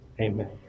Amen